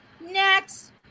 Next